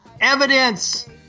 Evidence